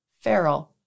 feral